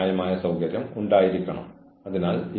ന്യായമായ നടപടിക്രമങ്ങൾ ആവശ്യമാണ്